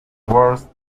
worse